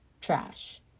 Trash